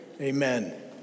Amen